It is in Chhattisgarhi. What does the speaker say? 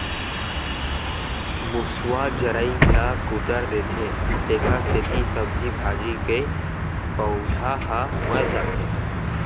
मूसवा जरई ल कुतर देथे तेखरे सेती सब्जी भाजी के पउधा ह मर जाथे